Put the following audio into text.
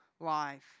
life